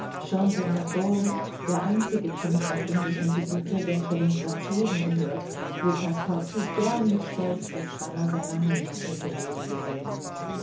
der einzige punkt auf indischem gebiete welcher den franzosen gehört wo passepartout gern mit stolz das banner seiner heimat hätte wehen gesehen